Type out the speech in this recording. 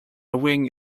wing